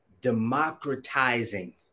democratizing